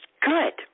good